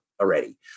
already